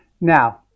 Now